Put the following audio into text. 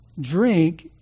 drink